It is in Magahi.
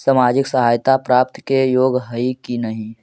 सामाजिक सहायता प्राप्त के योग्य हई कि नहीं?